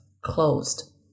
closed